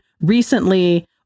recently